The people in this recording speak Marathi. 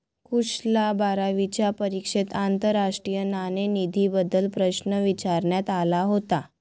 कुशलला बारावीच्या परीक्षेत आंतरराष्ट्रीय नाणेनिधीबद्दल प्रश्न विचारण्यात आला होता